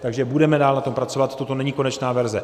Takže budeme dál na tom pracovat, toto není konečná verze.